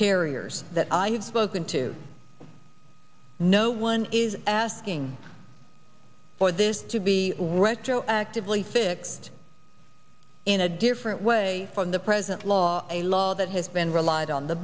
carriers that i've spoken to no one is asking for this to be retroactively fixed in a different way from the present law a law that has been relied on the